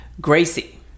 Gracie